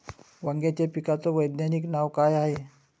वांग्याच्या पिकाचं वैज्ञानिक नाव का हाये?